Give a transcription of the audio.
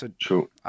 True